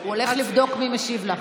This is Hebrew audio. הוא הולך לבדוק מי משיב לך.